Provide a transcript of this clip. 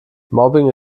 mobbing